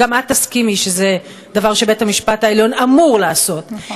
שגם את תסכימי שזה דבר שבית-המשפט העליון אמור לעשות,